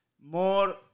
More